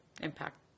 impact